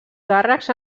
càrrecs